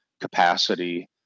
capacity